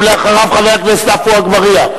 אחריו, חבר הכנסת עפו אגבאריה.